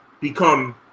become